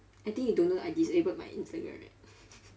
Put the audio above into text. I think you don't know I disabled my instagram right